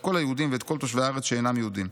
כל היהודים ואת כל תושבי הארץ שאינם יהודים.